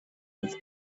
with